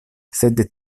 sed